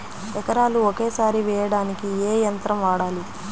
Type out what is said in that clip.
ఎకరాలు ఒకేసారి వేయడానికి ఏ యంత్రం వాడాలి?